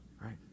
right